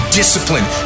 discipline